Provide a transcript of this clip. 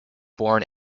born